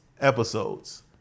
episodes